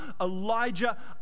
Elijah